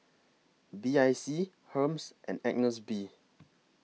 B I C Hermes and Agnes B